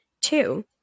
Two